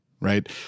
right